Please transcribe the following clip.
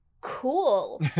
cool